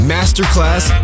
Masterclass